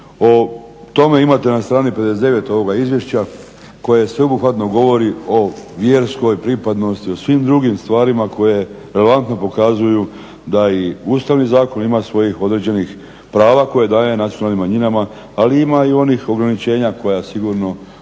o tome imate na strani 59.ovoga izvješća koje sveobuhvatno govori o vjerskoj pripadnosti o svim drugim stvarima koje relevantno pokazuju da i Ustavni zakoni ima svojih određenih prava koje daje nacionalnim manjinama ali ima i onih ograničenja koja sigurno